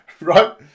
right